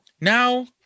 Now